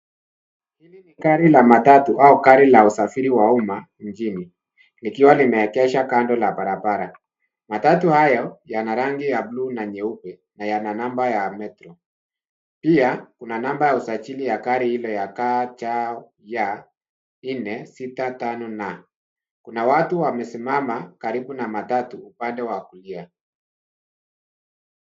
Gari la matatu au gari la usafiri wa umma mjini, likiwa limeengeshwa kando la barabara. Matatu hayo yana rangi ya buluu na nyeupe na yana number ya metro. Pia kuna number ya usajili ya gari ile ya KCY465N.Kuna watu wamesimama karibu na matatu upande wa kulia.